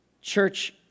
Church